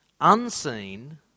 unseen